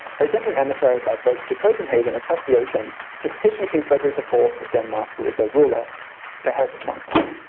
they sent an emissary by boat to copenhagen across the ocean to petition king frederick the fourth of denmark who was their ruler for help of some kind.